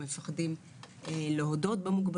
עצם זה שיש לנו שר בריאות שבא ונתן boost מאוד יפה למערכת,